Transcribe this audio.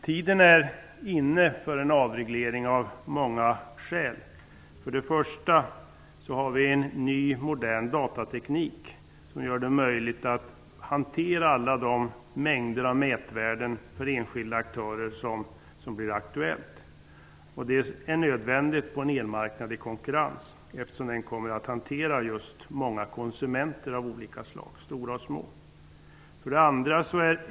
Tiden för en avreglering är inne, av många skäl. 1. Ny, modern datateknik gör det möjligt för enskilda aktörer att hantera alla de mängder av mätvärden som blir aktuella. Det är nödvändigt, på en elmarknad i konkurrens, eftersom den kommer att hantera just många konsumenter av olika slag, både stora och små. 2.